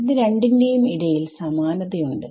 ഇത് രണ്ടിന്റെയും ഇടയിൽ സമാനതയുണ്ട്